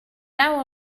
now